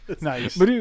Nice